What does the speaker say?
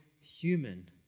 human